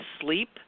sleep